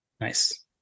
Nice